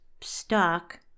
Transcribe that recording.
stuck